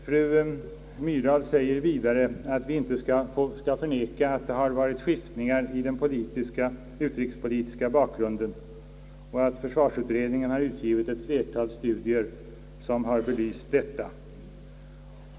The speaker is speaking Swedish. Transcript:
Fru Myrdal säger vidare, att vi inte skall förneka att det varit skiftningar i den utrikespolitiska bakgrunden och att försvarsutredningen har utgivit ett flertal studier som har belyst detta.